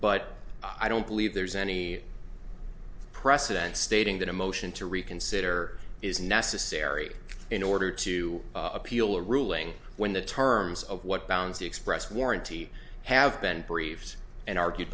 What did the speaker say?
but i don't believe there's any precedent stating that a motion to reconsider is necessary in order to appeal a ruling when the terms of what bound to express warranty have been briefed and argued